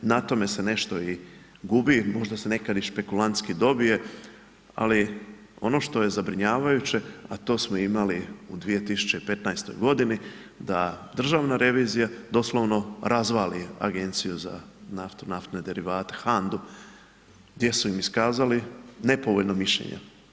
Na tome se nešto i gubi, možda se nekad i špekulantski i dobije ali ono što je zabrinjavajuće a to smo imali u 2015. godini da državna revizija doslovno razvali Agenciju za naftu, naftne derivate, HANDA-u, gdje su im iskazali nepovoljno mišljenje.